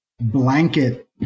blanket